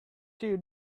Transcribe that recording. two